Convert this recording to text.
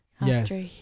yes